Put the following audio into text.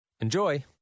Enjoy